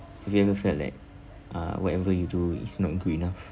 have you ever felt like uh whatever you do is not good enough